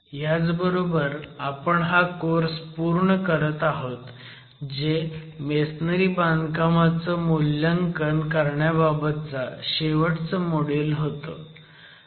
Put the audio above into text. ह्याचबरोबर आपण हा कोर्स पूर्ण करत आहोत जे मेसनरी बांधकामांचं मूल्यांकन करण्याबाबतचा शेवटचं मॉड्युल होतं